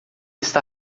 está